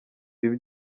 ibi